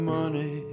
money